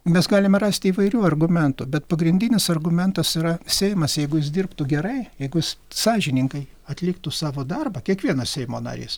mes galime rasti įvairių argumentų bet pagrindinis argumentas yra seimas jeigu jis dirbtų gerai jeigu jis sąžiningai atliktų savo darbą kiekvienas seimo narys